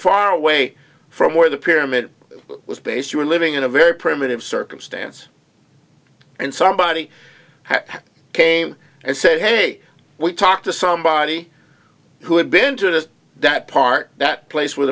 far away from where the pyramid was based you were living in a very primitive circumstance and somebody came and said hey we talked to somebody who had been to that part that place where